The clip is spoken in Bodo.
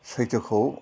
सैथोखौ